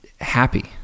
happy